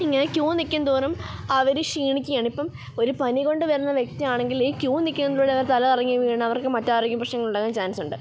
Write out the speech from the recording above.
ഇങ്ങനെ ക്യൂ നിൽക്കും തോറും അവർ ക്ഷീണിക്കുകയാണ് ഇപ്പം ഒരു പനി കൊണ്ട് വരുന്ന വ്യക്തിയാണെങ്കിൽ ഈ ക്യൂ നിൽക്കുന്നതിൻറെ ഉള്ളിൽ തലകറങ്ങി വീണ് അവർക്ക് മറ്റ് ആരോഗ്യ പ്രശ്നങ്ങൾ ഉണ്ടാവാൻ ചാൻസ് ഉണ്ട്